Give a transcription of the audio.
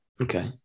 okay